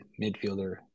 midfielder